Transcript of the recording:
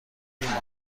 ریم